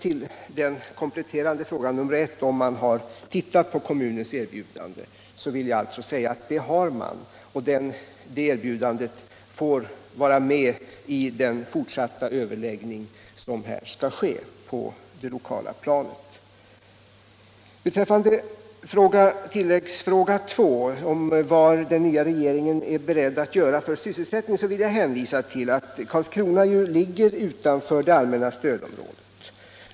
På den kompletterande frågan nr 1, om man har granskat kommunens erbjudande, vill jag svara att det har man gjort. Det erbjudandet får vara med vid den fortsatta överläggning som skall ske på det lokala planet. Beträffande fråga nr 2, om vad den nya regeringen är beredd att göra för sysselsättningen, vill jag hänvisa till att Karlskrona ligger utanför det allmänna stödområdet.